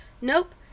Nope